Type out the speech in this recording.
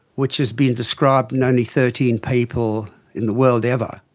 which has been described in only thirteen people in the world ever,